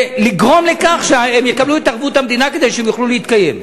ולגרום לכך שהם יקבלו את ערבות המדינה כדי שהם יוכלו להתקיים.